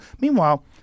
meanwhile